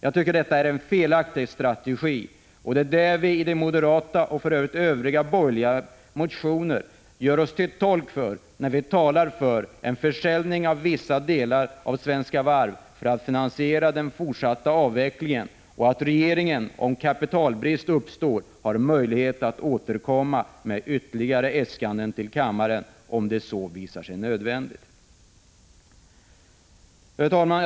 Jag tycker att detta är en felaktig strategi, och det är den uppfattningen som vi i moderata och för övrigt borgerliga motioner gör oss till tolk för, när vi talar för att man skall sälja vissa delar av Svenska Varv för att finansiera den fortsatta avvecklingen och att regeringen, om kapitalbrist uppstår, har möjlighet att återkomma med ytterligare äskanden till kammaren, om det visar sig nödvändigt. Fru talman!